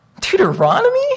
Deuteronomy